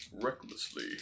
recklessly